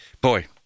boy